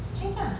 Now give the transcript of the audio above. change lah